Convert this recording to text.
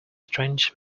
strange